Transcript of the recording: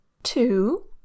Two